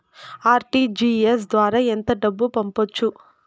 RTGS ద్వారా ఎంత డబ్బు పంపొచ్చు?